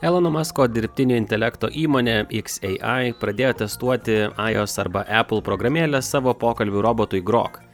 elono masko dirbtinio intelekto įmonė xai pradėjo testuoti ios arba apple programėlę savo pokalbių robotui grok